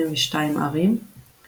העיר הגדולה ביותר היא בירת הנפה,